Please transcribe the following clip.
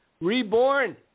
reborn